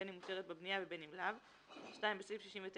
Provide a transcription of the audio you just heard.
בין אם מותרת בה בנייה ובין אם לאו,"; (2)בסעיף 69,